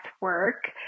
work